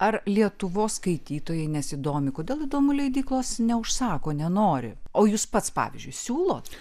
ar lietuvos skaitytojai nesidomi kodėl įdomu leidyklos neužsako nenori o jūs pats pavyzdžiui siūlot